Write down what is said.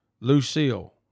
Lucille